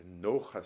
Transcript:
no